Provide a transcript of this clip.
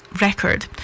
record